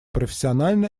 профессионально